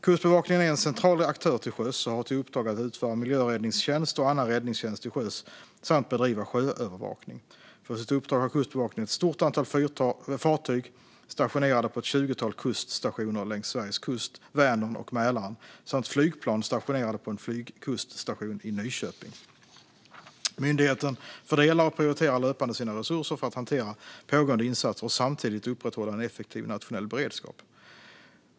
Kustbevakningen är en central aktör till sjöss och har till uppdrag att utföra miljöräddningstjänst och annan räddningstjänst till sjöss samt bedriva sjöövervakning. För sitt uppdrag har Kustbevakningen ett stort antal fartyg stationerade på ett tjugotal kuststationer längs Sveriges kust och i Vänern och Mälaren samt flygplan stationerande på en flygkuststation i Nyköping. Myndigheten fördelar och prioriterar löpande sina resurser för att hantera pågående insatser och samtidigt upprätthålla en effektiv nationell beredskap.